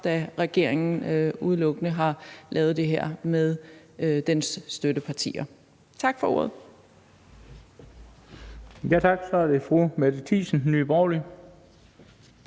da regeringen udelukkende har lavet det her med dens støttepartier. Tak for ordet. Kl. 10:47 Den fg. formand (Bent Bøgsted):